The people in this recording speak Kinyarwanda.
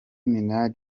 minaj